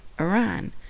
Iran